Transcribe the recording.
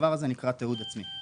הדבר הזה נקרא תיעוד עצמי.